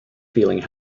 feeling